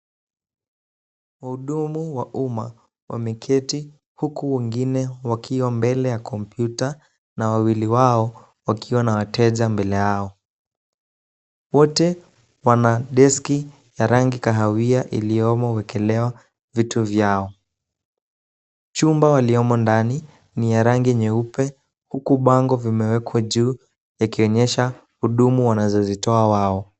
Wahudumu wa umma wameketi huku wengine wakiwa mbele ya kompyuta na wawili wao wakiwa na wateja mbele Yao ,wote Wana deski ya rangi kahawia iliyomo wekelewa vitu vyao ,chumba waliyomo ndani ni ya rangi nyeupe huku bango vimekewa juu vikionyesha huduma wanazozitoa wao.